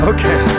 Okay